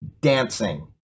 dancing